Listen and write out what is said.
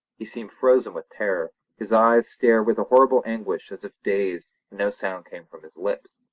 he seemed frozen with terror. his eyes stared with a horrible anguish as if dazed, and no sound came from his lips.